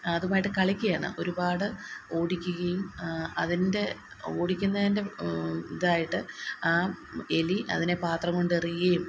അതുമായിട്ട് കളിക്കുന്ന ഒരുപാട് ഓടിക്കുകയും അതിൻ്റെ ഓടിക്കുന്നതിൻ്റെ ഇതായിട്ട് ആ എലി അതിനെ പാത്രം കൊണ്ട് എറിയുകയും